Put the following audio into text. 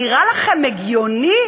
נראה לכם הגיוני?